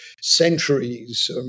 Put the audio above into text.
centuries